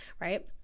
right